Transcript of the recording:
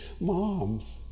Moms